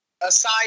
aside